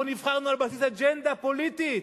אנחנו נבחרנו על בסיס אג'נדה פוליטית,